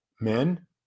Men